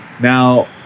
Now